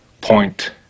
point